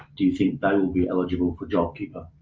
do you think they will be eligible for jobkeeper?